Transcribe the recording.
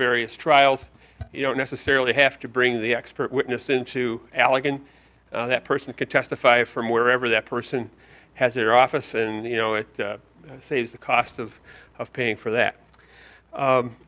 various trials you don't necessarily have to bring the expert witness into allegan that person could testify from wherever that person has their office and you know it saves the cost of of paying for that